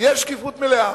יש שקיפות מלאה,